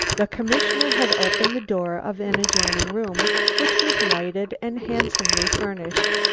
the commissioner had opened the door of an adjoining room, which was lighted and handsomely furnished.